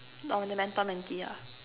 orh the mentor mentee ah